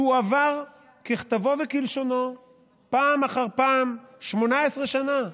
שהועבר ככתבו וכלשונו פעם אחר פעם 18 שנה,